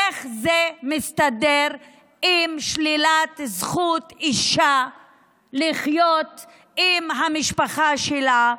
איך זה מסתדר עם שלילת זכות אישה לחיות עם המשפחה שלה,